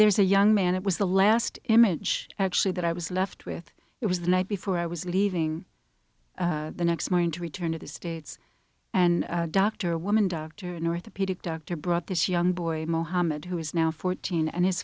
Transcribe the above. there's a young man it was the last image actually that i was left with it was the night before i was leaving the next morning to return to the states and dr woman doctor an orthopedic doctor brought this young boy mohammed who is now fourteen and his